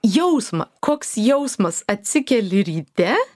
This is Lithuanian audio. jausmą koks jausmas atsikeli ryte